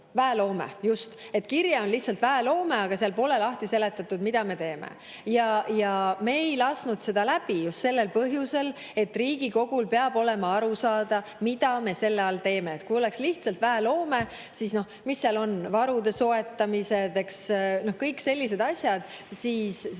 Väeloome, just! Et kirje on lihtsalt väeloome, aga seal pole lahti seletatud, mida me teeme. Me ei lasknud seda läbi just sellel põhjusel, et Riigikogu peab aru saama, mida me selle all teeme. Kui oleks lihtsalt väeloome, siis mis seal on? Varude soetamised, kõik sellised asjad.